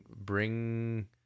bring